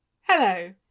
Hello